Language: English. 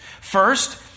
First